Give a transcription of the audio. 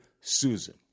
Susan